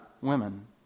women